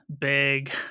big